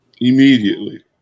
immediately